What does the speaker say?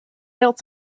else